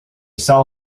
saw